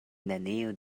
neniu